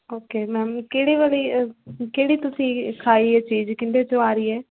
okay ma'am ਕਿਹੜੀ ਵਾਲੀ ਅ ਕਿਹੜੀ ਤੁਸੀਂ ਖਾਈ ਹੈ ਚੀਜ਼ ਕਿਹਦੇ ਤੋਂ ਆ ਰਹੀ ਹੈ